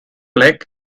plec